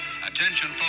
attention